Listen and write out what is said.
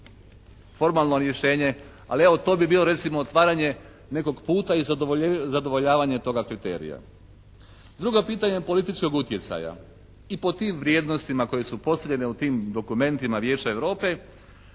formalno rješenje ali evo to bi bilo recimo otvaranje nekog puta i zadovoljavanje toga kriterija. Druga pitanja političkog utjecaja, i pod tim vrijednostima koje su …/Govornik se ne razumije./… u tim dokumentima Vijeća Europe